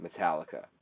Metallica